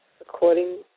according